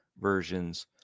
versions